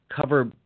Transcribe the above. cover